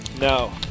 No